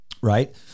right